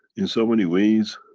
in so many ways,